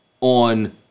on